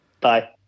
Bye